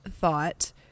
thought